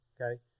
okay